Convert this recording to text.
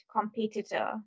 competitor